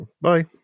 Bye